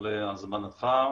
על הזמנתך,